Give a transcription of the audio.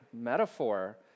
metaphor